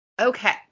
Okay